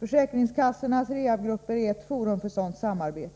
Försäkringskassornas rehagrupper är ett forum för sådant samarbete.